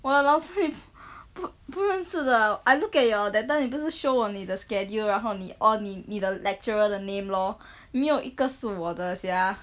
!walao! 不不认识的 I look at your that time 你不是 show 我你的 schedule 然后你 or 你你的 lecturer 的 name lor 没有一个是我的 sia